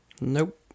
Nope